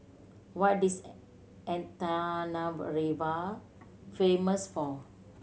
what is Antananarivo famous for